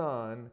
Son